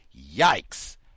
yikes